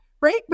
right